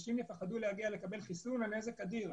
אנשים יפחדו להגיע לקבל חיסון, הנזק אדיר.